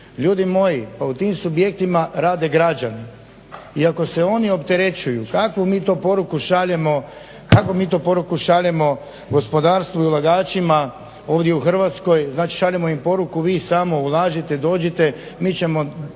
Ljudi moji, pa u tim subjektima rade građani. I ako se oni opterećuju kakvu mi to poruku šaljemo gospodarstvu i ulagačima ovdje u Hrvatskoj. Znači, šaljemo im poruku vi samo ulažite, dođite mi ćemo